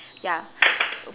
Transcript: ya